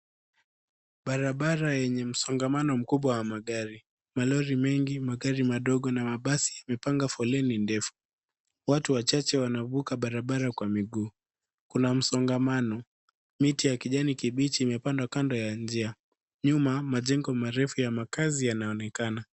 Barabara yenye msongamano mkubwa wa magari. Malori mengi, magari madogo na mabasi yamepanga foleni ndefu. Watu wachache wanavuka barabara kwa miguu. Kuna msongamano. Miti ya kijani kibichi imepandwa kando ya njia. Nyuma, majengo marefu ya makazi yanaonekana.